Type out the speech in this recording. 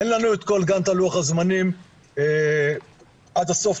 אין לנו את כל גנט לוח הזמנים עד הסוף,